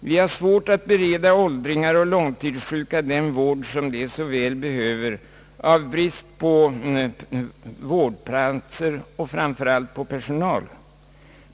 Vi har svårt att bereda åldringar och långtidssjuka den vård som de så väl behöver av brist på vårdplatser och framför allt på personal.